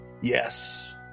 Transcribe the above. Yes